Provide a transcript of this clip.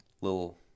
little